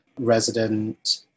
resident